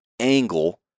angle